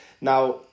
now